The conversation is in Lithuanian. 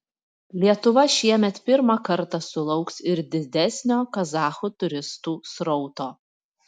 lietuva šiemet pirmą kartą sulauks ir didesnio kazachų turistų srauto